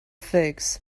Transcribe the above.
figs